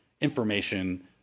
information